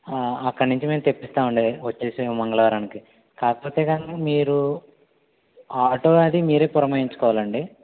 అక్కడి నుంచి మేము తెప్పిస్తాం అండి వచ్చేసే మంగళవారంకి కాకపోతే కానీ మీరు ఆటో అది మీరే పురమాయించుకోవాలండి